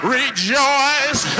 rejoice